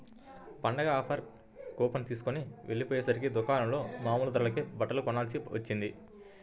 పండగ offer coupon తీస్కొని వెళ్ళకపొయ్యేసరికి దుకాణంలో మామూలు ధరకే బట్టలు కొనాల్సి వచ్చింది